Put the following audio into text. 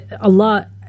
Allah